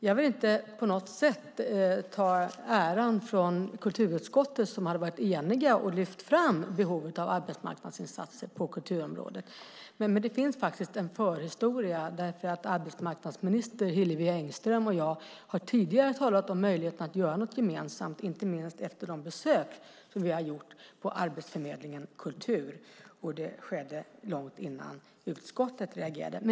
Jag vill inte på något sätt ta äran av kulturutskottet som varit enigt och lyft fram behovet av arbetsmarknadsinsatser på kulturområdet, men det finns faktiskt en förhistoria. Arbetsmarknadsminister Hillevi Engström och jag har nämligen tidigare talat om möjligheten att göra någonting gemensamt, inte minst efter de besök som vi gjort på Arbetsförmedlingen Kultur. Det skedde långt innan utskottet reagerade.